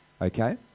Okay